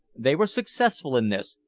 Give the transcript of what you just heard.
they were successful in this,